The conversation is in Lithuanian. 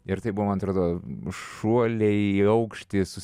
ir tai buvo man atrodo šuoliai į aukštį su